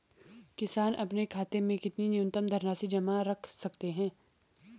किसान अपने खाते में कितनी न्यूनतम धनराशि जमा रख सकते हैं?